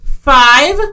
five